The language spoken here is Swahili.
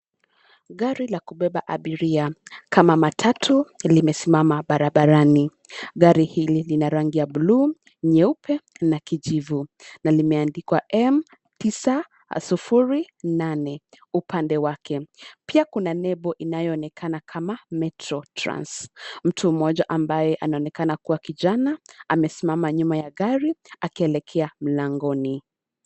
Gari la kubeba abiria, kama matatu, limesimama barabarani. Gari hili lina rangi ya bluu, nyeupe, na kijivu. Na limeandikwa M tisa sufuri nane, upande wake. Pia kuna lebo inayoonekana kama, Metro Trans. Mtu mmoja ambaye anaonekana kuwa kijana, amesimama nyuma ya gari, akielekea mlangoni.